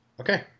okay